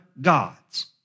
gods